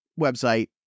website